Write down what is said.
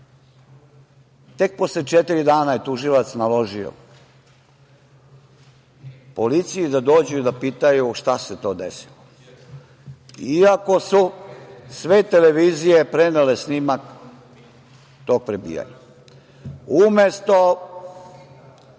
Tek posle četiri dana je tužilac naložio policiji da dođu i da pitaju šta se to desilo, iako su sve televizije prenele snimak tog prebijanja. Umesto